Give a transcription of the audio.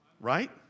Right